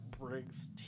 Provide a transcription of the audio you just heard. Briggs